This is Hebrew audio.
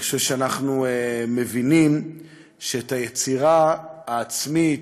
אני חושב שאנחנו מבינים שאת היצירה העצמית,